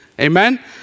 amen